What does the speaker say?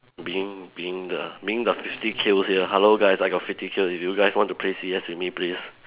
being being the being the fifty kills here hello guys I got fifty kills if you guys want to play C_S with me please